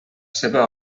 seva